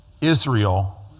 Israel